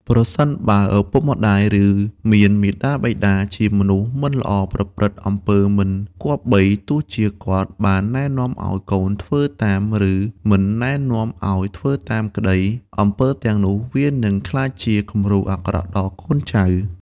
ប្រសិនបើឱពុកម្ដាយ ឬមានមាតាបិតា ជាមនុស្សមិនល្អប្រព្រឹត្តអំពើមិនគប្បី ទោះជាគាត់បាននែនាំអោយកូនធ្វើតាម ឬមិននែនាំអោយធ្វើតាមក្តី អំពើទាំងនោះវានិងក្លាយជាគំរូអាក្រក់ដល់កូនចៅ។